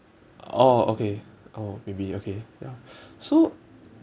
oh okay oh maybe okay ya so